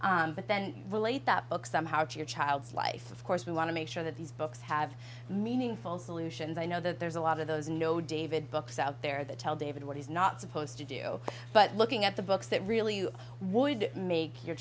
story but then relate that book somehow to your child's life of course we want to make sure that these books have meaningful solutions i know that there's a lot of those no david books out there that tell david what he's not supposed to do but looking at the books that really you would make your